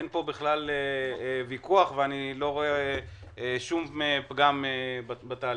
אין פה בכלל ויכוח, ואני לא רואה שום פגם בתהליך.